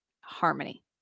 harmony